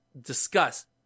discuss